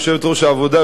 יושבת-ראש העבודה,